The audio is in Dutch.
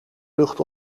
lucht